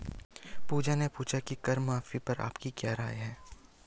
पूजा ने पूछा कि कर माफी पर आपकी क्या राय है?